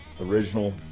original